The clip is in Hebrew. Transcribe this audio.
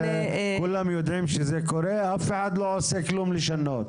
כולם יודעים שזה קורה ואף אחד לא עושה כלום לשנות.